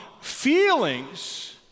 Feelings